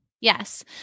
Yes